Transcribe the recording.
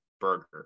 burger